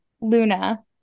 Luna